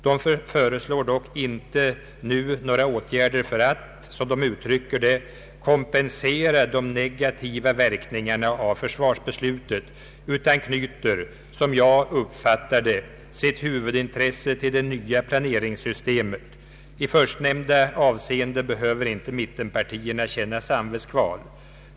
De föreslår dock inte nu några åtgärder för att, som de uttrycker det, ”kompensera de negativa verkningarna av försvarsbeslutet”, utan knyter, som jag uppfattar det, sitt huvudintresse till det nya planeringssystemet. I förstnämnda avseende behöver inte mittenpartierna känna samvetskval.